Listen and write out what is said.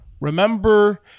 Remember